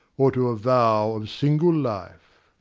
or to a vow of single life.